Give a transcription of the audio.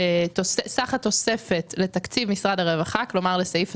סך התוספת לתקציב משרד הרווחה, כלומר לסעיף 23,